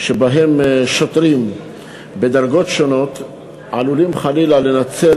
שבהם שוטרים בדרגות שונות עלולים חלילה לנצל